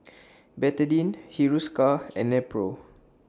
Betadine Hiruscar and Nepro